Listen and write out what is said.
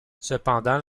cependant